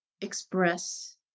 express